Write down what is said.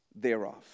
thereof